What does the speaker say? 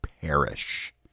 perish